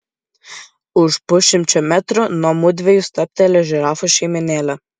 už pusšimčio metrų nuo mudviejų stabteli žirafų šeimynėlė